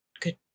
Good